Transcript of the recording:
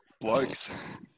blokes